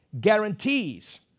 guarantees